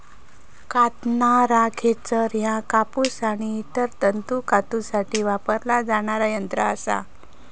कातणारा खेचर ह्या कापूस आणि इतर तंतू कातूसाठी वापरला जाणारा यंत्र असा